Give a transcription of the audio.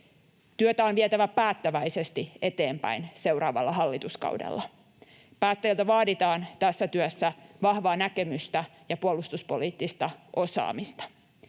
Työtä on vietävä päättäväisesti eteenpäin seuraavalla hallituskaudella. Päättäjiltä vaaditaan tässä työssä vahvaa näkemystä ja puolustuspoliittista osaamista.